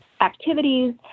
activities